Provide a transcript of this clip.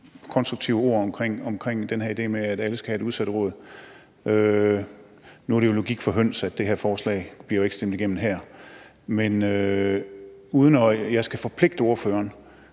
konstruktive ord om den her idé om, at alle skal have et udsatteråd. Nu er det jo logik for høns, at det her forslag ikke bliver stemt igennem her. Men uden at jeg skal forpligte ordføreren,